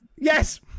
Yes